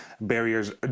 barriers